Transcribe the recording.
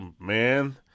Man